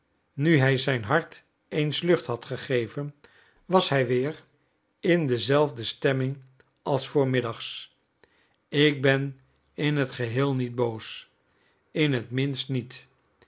nu hij zijn hart eens lucht had gegeven was hij weer in dezelfde stemming als des voormiddags ik ben in het geheel niet boos in het minst niet